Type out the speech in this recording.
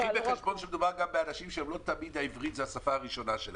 קחי בחשבון שמדובר גם באנשים שלא תמיד העברית זה השפה הראשונה שלהם.